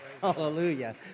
Hallelujah